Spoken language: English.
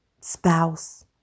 spouse